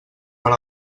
per